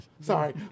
Sorry